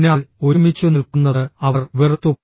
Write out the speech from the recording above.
അതിനാൽ ഒരുമിച്ചു നിൽക്കുന്നത് അവർ വെറുത്തു